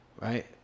right